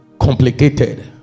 complicated